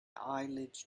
eyelids